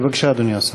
בבקשה, אדוני השר.